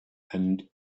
and